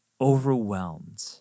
overwhelmed